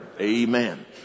Amen